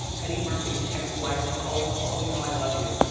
eddie murphy's ex wife nicole, nicole you know i love you,